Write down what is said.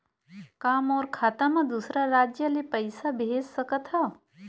का मोर खाता म दूसरा राज्य ले पईसा भेज सकथव?